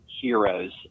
heroes